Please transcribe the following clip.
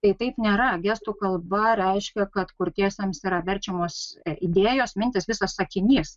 tai taip nėra gestų kalba reiškia kad kurtiesiems yra verčiamos idėjos mintys visas sakinys